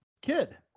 kid